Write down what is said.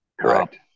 correct